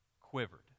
quivered